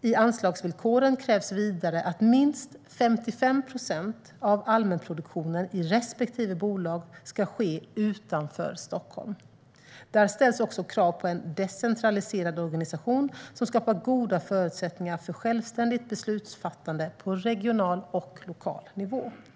I anslagsvillkoren krävs vidare att minst 55 procent av allmänproduktionen i respektive bolag ska ske utanför Stockholm. Där ställs också krav på en "decentraliserad organisation som skapar goda förutsättningar för självständigt beslutsfattande på regional och lokal nivå".